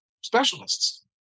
specialists